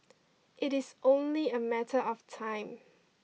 it is only a matter of time